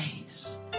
days